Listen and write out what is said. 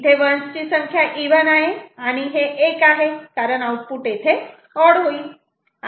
इथे 1's ची संख्या इव्हन आहे आणि हे 1 आहे कारण आउटपुट येथे ऑड येईल